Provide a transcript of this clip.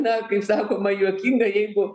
na kaip sakoma juokinga jeigu